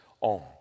on